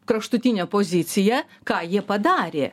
kraštutinė pozicija ką jie padarė